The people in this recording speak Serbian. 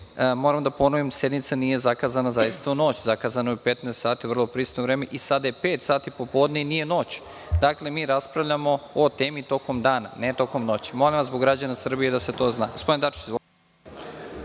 moram da ponovim sednica nije zakazana zaista u noć, zakazana je za 15,00 sati, vrlo pristojno vreme i sada je pet sati popodne i nije noć. Dakle, mi raspravljamo o temi tokom dana, ne tokom noći. Molim vas zbog građana Srbije da se to